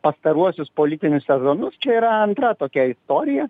pastaruosius politinius sezonus čia yra antra tokia istorija